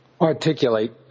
articulate